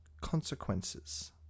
consequences